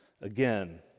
again